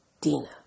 Dina